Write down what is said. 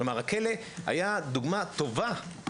הכלא היה דוגמה טובה